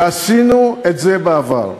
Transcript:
ועשינו את זה בעבר.